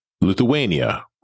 Lithuania